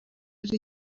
ari